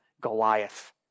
Goliath